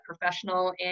professional